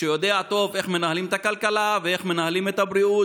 שיודע טוב איך מנהלים את הכלכלה ואיך מנהלים את הבריאות